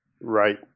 right